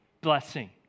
blessing